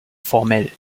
formell